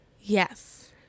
Yes